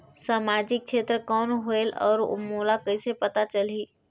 समाजिक क्षेत्र कौन होएल? और मोला कइसे पता चलही?